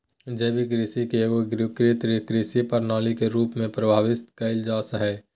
जैविक कृषि के एगो एगोकृत कृषि प्रणाली के रूप में परिभाषित कइल जा हइ